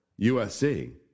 USC